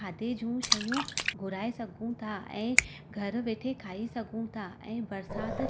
खाधे जूं शयूं घुराइ सघूं था ऐं घर वेठे खाई सघूं था ऐं बरसाति